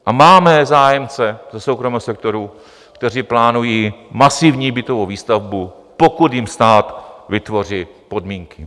A máme zájemce ze soukromého sektoru, kteří plánují masivní bytovou výstavbu, pokud jim stát vytvoří podmínky.